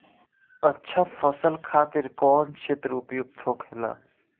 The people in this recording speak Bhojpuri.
अच्छा फसल खातिर कौन क्षेत्र उपयुक्त होखेला?